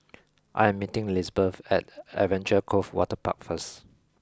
I am meeting Lisbeth at Adventure Cove Waterpark first